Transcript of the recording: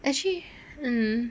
actually mm